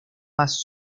más